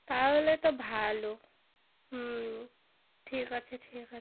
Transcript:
তাহলে তো ভালো হুম ঠিক আছে ঠিক আছে